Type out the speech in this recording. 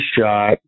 shot